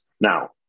Now